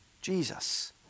Jesus